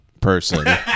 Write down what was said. person